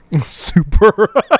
super